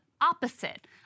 opposite